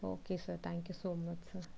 okay sir thank you so much sir